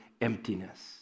emptiness